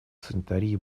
санитарии